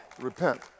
Repent